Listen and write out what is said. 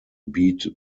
beat